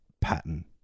pattern